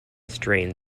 strained